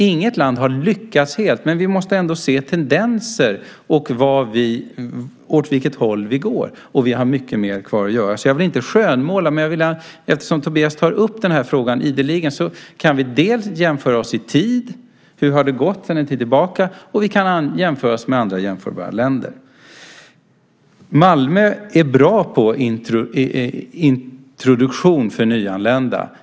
Inget land har lyckats helt. Men vi måste ändå se tendenser - åt vilket håll vi går. Vi har mycket mer kvar att göra. Jag vill inte skönmåla. Men eftersom Tobias tar upp frågan ideligen kan vi dels jämföra i tid, hur det har gått sedan en tid tillbaka, dels jämföra med andra jämförbara länder. Malmö är bra på introduktion för nyanlända.